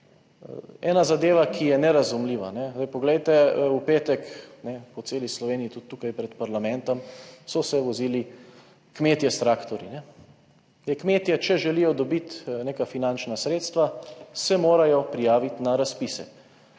Zadeva, ki je nerazumljiva. Poglejte, v petek po celi Sloveniji, tudi tu pred parlamentom, so se vozili kmetje s traktorji. Kmetje, če želijo dobiti neka finančna sredstva, se morajo prijaviti na razpise,